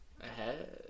ahead